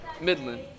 Midland